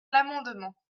l’amendement